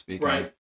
right